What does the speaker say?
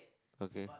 okay